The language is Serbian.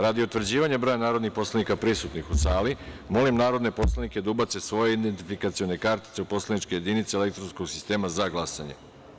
Radi utvrđivanja broja narodnih poslanika prisutnih u sali, molim narodne poslanike da ubace svoje identifikacione kartice u poslaničke jedinice elektronskog sistema za glasanje.